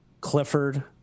Clifford